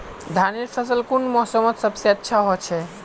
धानेर फसल कुन मोसमोत सबसे अच्छा होचे?